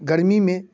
गर्मी में